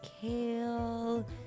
kale